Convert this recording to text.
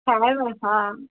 खायव हा